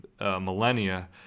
millennia